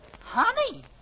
Honey